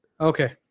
okay